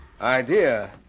Idea